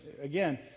again